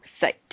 site